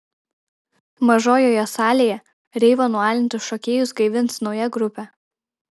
mažojoje salėje reivo nualintus šokėjus gaivins nauja grupė